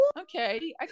Okay